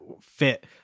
fit